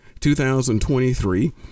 2023